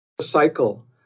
cycle